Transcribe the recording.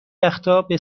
وقتابه